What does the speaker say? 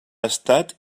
estat